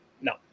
No